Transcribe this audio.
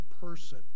person